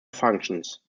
functions